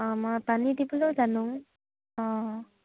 অঁ মই পানী দিবলৈও জানো অঁ